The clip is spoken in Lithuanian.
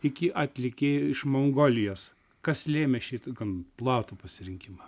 iki atlikėjo iš mongolijos kas lėmė šitą gan platų pasirinkimą